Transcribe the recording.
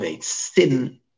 sin